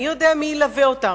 מי יודע מי ילווה אותם?